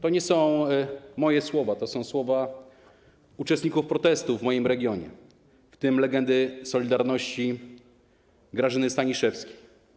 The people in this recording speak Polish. To nie są moje słowa, to są słowa uczestników protestów w moim regionie, w tym legendy „Solidarności” Grażyny Staniszewskiej.